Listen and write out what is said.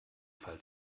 fall